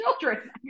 children